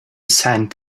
sand